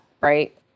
right